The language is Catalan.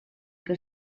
que